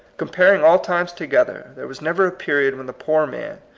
comparing all times together, there was never a period when the poor man,